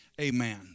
Amen